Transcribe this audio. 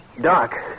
Doc